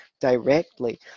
directly